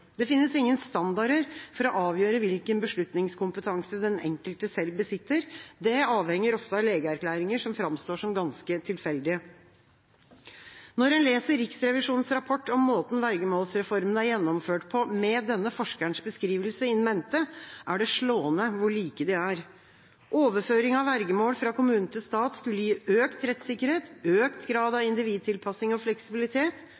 Det finnes ingen standarder for å avgjøre hvilken beslutningskompetanse den enkelte selv besitter. Det avhenger ofte av legeerklæringer som framstår som ganske tilfeldige. Når en leser Riksrevisjonens rapport om måten vergemålsreformen er gjennomført på, med denne forskerens beskrivelse in mente, er det slående hvor like de er. Overføring av vergemål fra kommune til stat skulle gi økt rettssikkerhet, økt grad av individtilpassing og fleksibilitet,